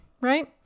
right